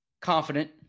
confident